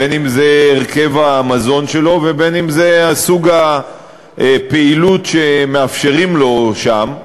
בין שזה הרכב המזון שלו ובין שזה סוג הפעילות שמאפשרים לו שם,